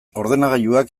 ordenagailuak